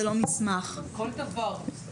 שזה צריך להיות מסמך --- טלפון וברקוד זה לא מסמך.